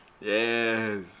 Yes